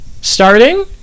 starting